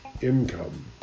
income